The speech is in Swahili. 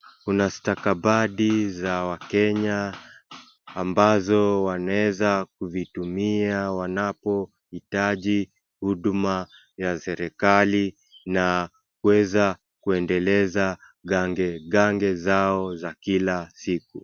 Kuna stakabadhi za wakenya ambazo wanaweza kuzitumia wanapohitaji huduma ya serikali na kuweza kuendeleza gange gange zao za kila siku.